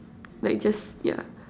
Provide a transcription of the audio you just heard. like just yeah